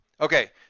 Okay